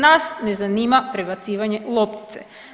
Nas ne zanima prebacivanje loptice.